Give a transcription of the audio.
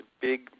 big